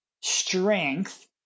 strength